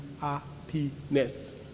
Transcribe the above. happiness